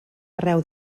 arreu